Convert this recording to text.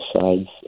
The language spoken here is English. sides